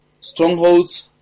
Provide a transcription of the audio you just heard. Strongholds